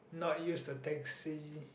not use a taxi